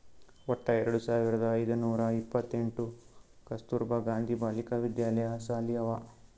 ವಟ್ಟ ಎರಡು ಸಾವಿರದ ಐಯ್ದ ನೂರಾ ಎಪ್ಪತ್ತೆಂಟ್ ಕಸ್ತೂರ್ಬಾ ಗಾಂಧಿ ಬಾಲಿಕಾ ವಿದ್ಯಾಲಯ ಸಾಲಿ ಅವಾ